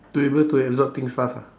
to be able to absorb things fast ah